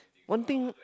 one thing